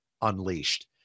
unleashed